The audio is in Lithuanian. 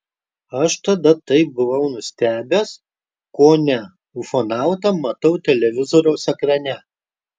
aš tada taip buvau nustebęs kone ufonautą matau televizoriaus ekrane